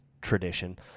tradition